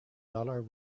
dollar